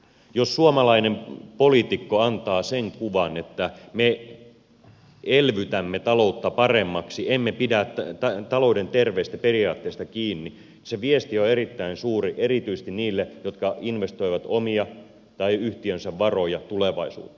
jos suomalainen poliitikko antaa sen kuvan että me elvytämme taloutta paremmaksi emme pidä talouden terveistä periaatteista kiinni se viesti on erittäin suuri erityisesti niille jotka investoivat omia tai yhtiönsä varoja tulevaisuuteen